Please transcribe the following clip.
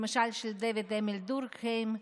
למשל של דויד אמיל דורקהיים,